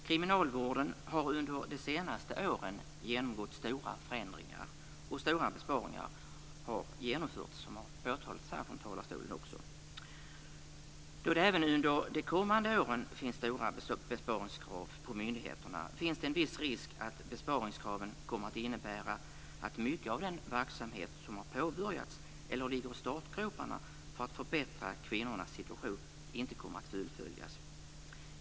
Kriminalvården har under de senaste åren genomgått stora förändringar, och stora besparingar har genomförts, som påpekats här från talarstolen. Då det även under de kommande åren finns besparingskrav på myndigheten finns det en viss risk att besparingskraven kommer att innebära att mycket av den verksamhet som har påbörjats eller ligger i startgroparna för att förbättra kvinnornas situation inte kommer att fullföljas.